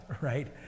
right